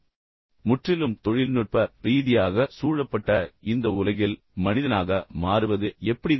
எனவே முற்றிலும் தொழில்நுட்ப ரீதியாக சூழப்பட்ட இந்த உலகில் மனிதனாக மாறுவது எப்படி